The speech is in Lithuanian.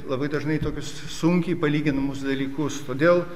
labai dažnai tokius sunkiai palyginamus dalykus todėl